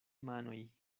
manoj